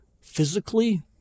physically